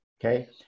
Okay